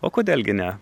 o kodėl gi ne